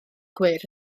gwyrdd